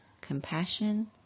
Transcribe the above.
compassion